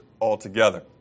altogether